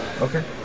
Okay